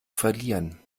verlieren